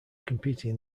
competing